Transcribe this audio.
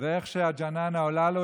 ואיך שהג'ננה עולה לו,